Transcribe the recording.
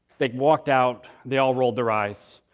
they walked out, they all rolled their eyes.